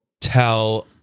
tell